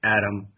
Adam